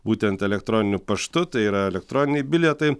būtent elektroniniu paštu tai yra elektroniniai bilietai